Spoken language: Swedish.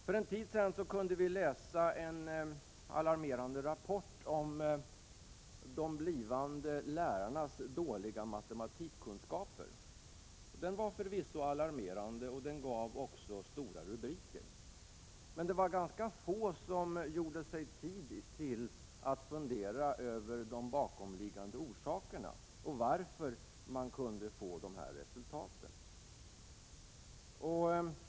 För en tid sedan kunde vi läsa en rapport om de blivande lärarnas dåliga matematikkunskaper. Den var förvisso alarmerande och gav också stora rubriker, men det var ganska få som gjorde sig tid till att fundera över de bakomliggande orsakerna och varför man kunde få de här resultaten.